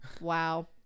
wow